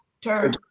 turn